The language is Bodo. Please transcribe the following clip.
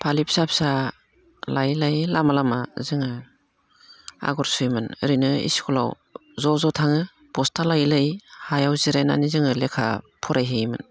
फालि फिसा फिसा लायै लायै लामा लामा जोङो आगर सुयोमोन ओरैनो स्कुलाव ज' ज' थाङो बस्था लायै लायै हायाव जिरायनानै जोङो लेखा फरायहैयोमोन